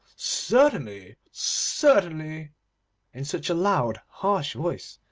certainly, certainly in such a loud, harsh voice,